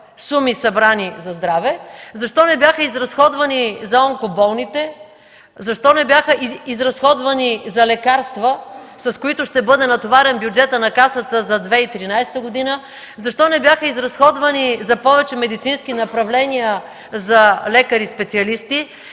суми, събрани за здраве? Защо не бяха изразходвани за онкоболните? Защо не бяха изразходвани за лекарства, с които ще бъде натоварен бюджетът на Касата за 2013 г.? Защо не бяха изразходвани за повече медицински направления, за лекари-специалисти?